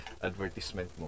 advertisement